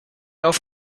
auf